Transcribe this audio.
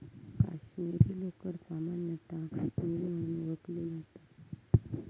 काश्मीरी लोकर सामान्यतः काश्मीरी म्हणून ओळखली जाता